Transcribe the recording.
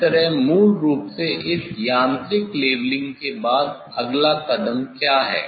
इस तरह मूल रूप से इस यांत्रिक लेवलिंग के बाद अगला कदम क्या है